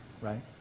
right